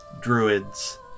druids